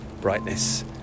brightness